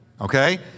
okay